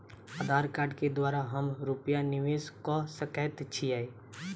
आधार कार्ड केँ द्वारा हम रूपया निवेश कऽ सकैत छीयै?